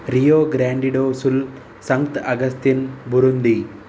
rio grande do sul saint augustine Burundi